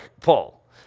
Paul